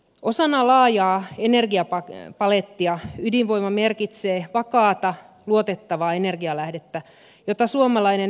osana laajaa energiapalettia ydinvoima merkitsee vakaata luotettavaa energianlähdettä jota suomalainen hyvinvointiyhteiskunta tarvitsee